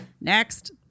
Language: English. Next